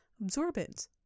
absorbent